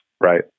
Right